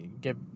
get